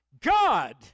God